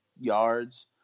yards